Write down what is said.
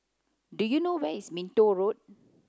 do you know where is Minto Road